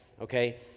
Okay